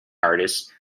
artist